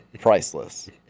priceless